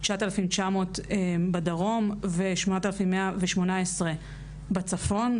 9,900 בדרום ו8,118 בצפון,